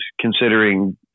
considering